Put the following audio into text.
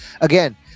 again